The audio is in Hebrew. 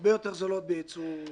הרבה יותר זולות מאיתנו.